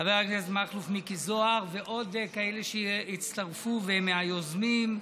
חבר הכנסת מכלוף מיקי זוהר ועוד כאלה שהצטרפו והם מהיוזמים: